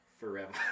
forever